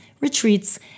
retreats